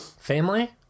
Family